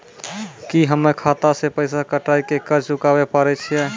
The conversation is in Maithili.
की हम्मय खाता से पैसा कटाई के कर्ज चुकाबै पारे छियै?